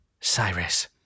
Cyrus